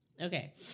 Okay